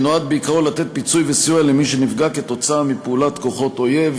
שנועד בעיקרו לתת פיצוי וסיוע למי שנפגע כתוצאה מפעולת כוחות אויב,